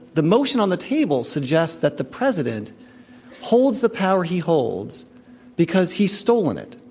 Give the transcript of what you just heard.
the motion on the table suggests that the president holds the power he holds because he's stolen it,